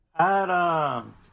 Adam